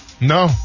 No